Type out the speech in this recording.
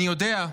אני יודע,